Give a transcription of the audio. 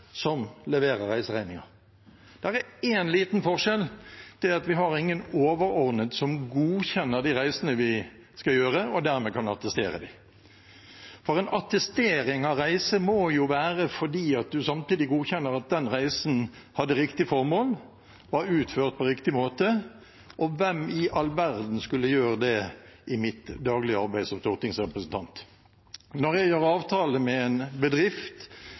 som leverer reiseregninger. Det er én liten forskjell, og det er at vi har ingen overordnet som godkjenner de reisene vi skal gjøre, og dermed kan attestere dem. En attestering av reise må jo være fordi man samtidig godkjenner at den reisen hadde riktig formål og var utført på riktig måte, og hvem i all verden skulle gjøre det i mitt daglige arbeid som stortingsrepresentant? Når jeg gjør en avtale med en bedrift